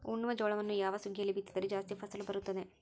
ಉಣ್ಣುವ ಜೋಳವನ್ನು ಯಾವ ಸುಗ್ಗಿಯಲ್ಲಿ ಬಿತ್ತಿದರೆ ಜಾಸ್ತಿ ಫಸಲು ಬರುತ್ತದೆ?